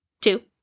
two